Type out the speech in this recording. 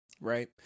right